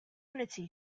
unity